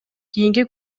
кийинки